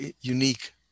unique